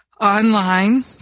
online